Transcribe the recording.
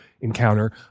encounter